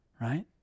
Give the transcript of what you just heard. Right